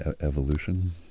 evolution